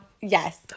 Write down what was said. Yes